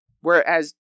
Whereas